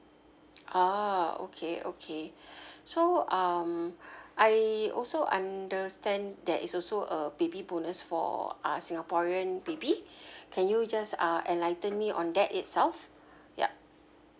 orh okay okay so um I also understand there is also the baby bonus for uh singaporean baby can you just uh enlighten me on that itself yup